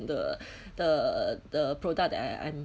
the the the product that I I'm